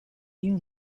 you